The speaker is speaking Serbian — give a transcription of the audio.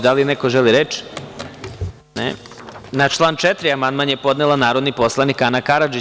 Da li neko želi reč? (Ne.) Na član 4. amandman je podnela narodni poslanik Ana Karadžić.